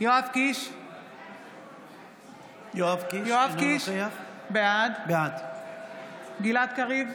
יואב קיש, בעד גלעד קריב,